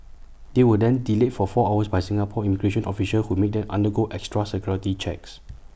they were then delayed for four hours by Singapore immigration officials who made them undergo extra security checks